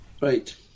Right